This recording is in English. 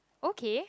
okay